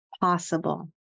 possible